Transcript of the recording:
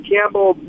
Campbell